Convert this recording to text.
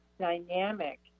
dynamic